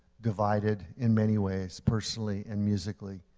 divided in many ways personally and musically,